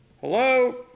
Hello